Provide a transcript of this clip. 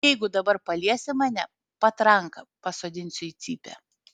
jeigu dabar paliesi mane patranka pasodinsiu į cypę